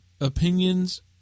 Opinions